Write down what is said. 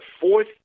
fourth